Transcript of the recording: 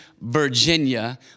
Virginia